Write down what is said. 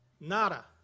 nada